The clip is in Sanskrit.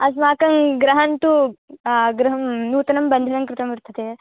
अस्माकं गृहन्तु गृहं नूतनं बन्धनं कृतं वर्तते